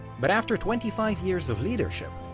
but after twenty five years of leadership,